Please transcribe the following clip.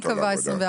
מי קבע את זה 24?